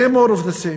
זה more of the same.